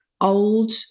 old